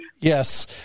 Yes